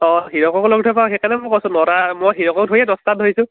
অঁ হীৰককো লগ ধৰিব পাৰ সেইকাৰণেই মই কৈছোঁ নটা মই হীৰকক ধৰিয়ে দছটা ধৰিছোঁ